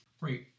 Right